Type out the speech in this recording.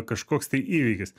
kažkoks tai įvykis